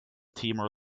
timor